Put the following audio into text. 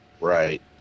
right